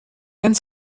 and